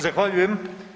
Zahvaljujem.